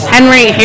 Henry